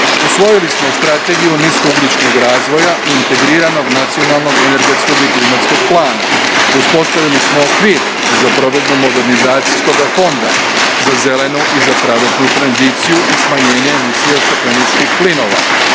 Usvojili smo Strategiju niskougljičnog razvoja i Integriranog nacionalnog energetskog i klimatskog plana. Uspostavili smo okvir za provedbu Modernizacijskog fonda za zelenu i za pravednu tranziciju i smanjenje emisija stakleničkih plinova